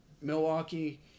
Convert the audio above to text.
Milwaukee